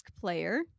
player